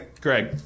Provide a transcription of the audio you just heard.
Greg